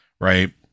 right